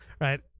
right